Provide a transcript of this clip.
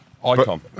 Icon